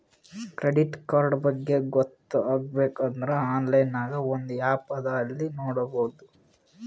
credit card ಬಗ್ಗೆ ಗೊತ್ತ ಆಗ್ಬೇಕು ಅಂದುರ್ ಆನ್ಲೈನ್ ನಾಗ್ ಒಂದ್ ಆ್ಯಪ್ ಅದಾ ಅಲ್ಲಿ ನೋಡಬೋದು